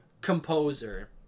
composer